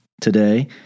Today